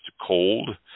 cold